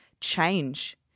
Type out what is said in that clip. change